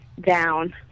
down